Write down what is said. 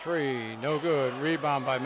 three no good rebound by